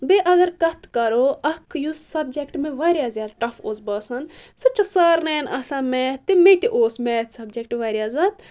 بیٚیہِ اَگر کَتھ کَرو اَکھ یُس سبجکٹ مےٚ واریاہ زیادٕ ٹف اوس باسان سُہ چھُ سارنِین آسان میتھ تہِ مےٚ تہِ اوس میتھ سبجکٹ واریاہ زیادٕ